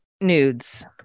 nudes